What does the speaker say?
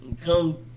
Come